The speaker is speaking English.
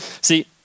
See